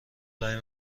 لای